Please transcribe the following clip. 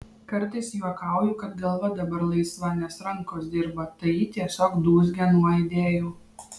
kartais juokauju kad galva dabar laisva nes rankos dirba tai ji tiesiog dūzgia nuo idėjų